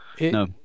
No